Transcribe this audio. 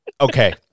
Okay